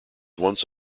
once